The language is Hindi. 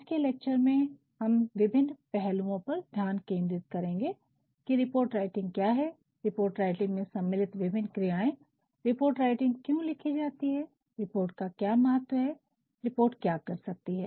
आज के लेक्चर में हम विभिन्न पहलुओं पर ध्यान केंद्रित करेंगे कि रिपोर्ट राइटिंग क्या है रिपोर्ट राइटिंग में सम्मिलित विभिन्न क्रियाएं रिपोर्ट क्यों लिखी जाती है रिपोर्ट का क्या महत्व है और रिपोर्ट क्या कर सकती है